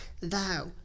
thou